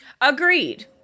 Agreed